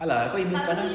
!alah! kau email sekali